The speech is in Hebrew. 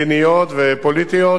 ללא מגבלות מדיניות ופוליטיות,